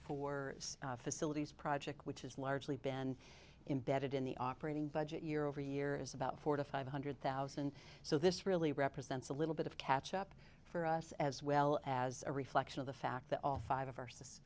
for facilities project which is largely been embedded in the operating budget year over year is about four to five hundred thousand so this really represents a little bit of catch up for us as well as a reflection of the fact that all five of our siste